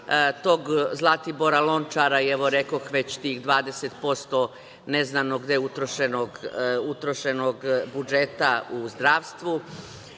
tog Zlatibora Lončara i evo rekoh već tih 20% neznanog gde utrošenog budžeta u zdravstvu,